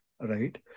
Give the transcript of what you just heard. Right